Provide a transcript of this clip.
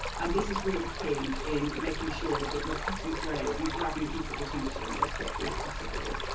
and this is really key in making sure that you're cutting through and grabbing people's attention as quickly as possible.